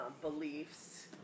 beliefs